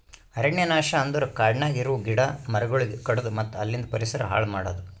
ಅರಣ್ಯ ನಾಶ ಅಂದುರ್ ಕಾಡನ್ಯಾಗ ಇರವು ಗಿಡ ಮರಗೊಳಿಗ್ ಕಡಿದು ಮತ್ತ ಅಲಿಂದ್ ಪರಿಸರ ಹಾಳ್ ಮಾಡದು